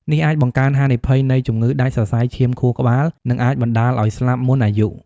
នេះអាចបង្កើនហានិភ័យនៃ ជំងឺដាច់សរសៃឈាមខួរក្បាល និងអាចបណ្ដាលឱ្យស្លាប់មុនអាយុ។